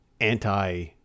anti